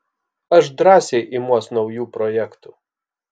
aš drąsiai imuos naujų projektų